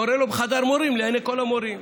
קורה לו בחדר מורים לעיני כל המורים.